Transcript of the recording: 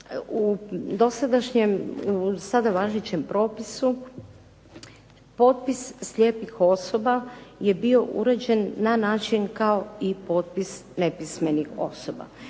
sada važećem propisu potpis slijepih osoba je bio uređen na način kao potpis nepismenih osoba.